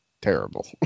terrible